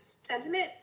sentiment